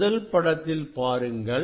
முதல் படத்தில் பாருங்கள்